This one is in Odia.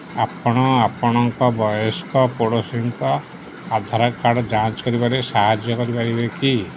ଆପଣ ଆପଣଙ୍କ ବୟସ୍କ ପଡ଼ୋଶୀଙ୍କ ଆଧାର କାର୍ଡ଼୍ ଯାଞ୍ଚ କରିବାରେ ସାହାଯ୍ୟ କରିପାରିବେ କି